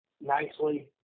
nicely